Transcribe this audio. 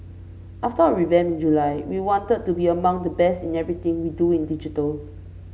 after our revamp in July we wanted to be among the best in everything we do in digital